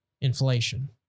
inflation